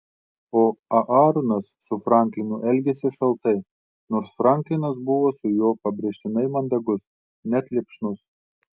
o aaronas su franklinu elgėsi šaltai nors franklinas buvo su juo pabrėžtinai mandagus net lipšnus